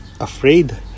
afraid